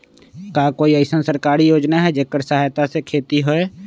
का कोई अईसन सरकारी योजना है जेकरा सहायता से खेती होय?